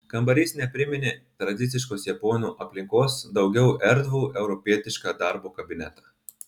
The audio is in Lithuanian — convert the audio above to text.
kambarys nepriminė tradiciškos japonų aplinkos daugiau erdvų europietišką darbo kabinetą